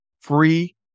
Free